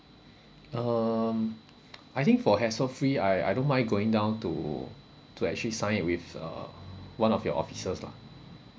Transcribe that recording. um I think for hassle free I I don't mind going down to to actually sign it with uh one of your officers lah